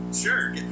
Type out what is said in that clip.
sure